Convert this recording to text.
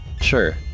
Sure